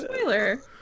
Spoiler